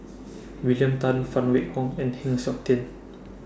William Tan Phan Wait Hong and Heng Siok Tian